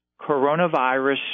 Coronavirus